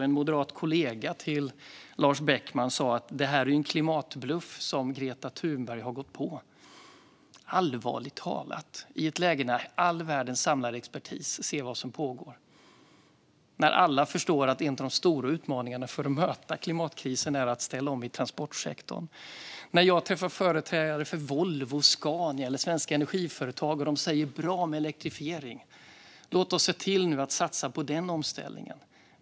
En moderat kollega till Lars Beckman sa också: Det här är en klimatbluff som Greta Thunberg har gått på. Allvarligt talat? Det säger man i ett läge då all världens samlade expertis ser vad som pågår, då alla förstår att en av de stora utmaningarna för att möta klimatkrisen är att ställa om i transportsektorn. När jag träffar företrädare för Volvo, Scania och svenska energiföretag säger de: Bra med elektrifiering! Låt oss nu se till att satsa på den omställningen.